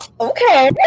Okay